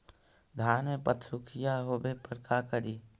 धान मे पत्सुखीया होबे पर का करि?